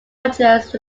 rutgers